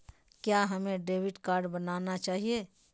क्या हमें debit card बनाना चाहिए?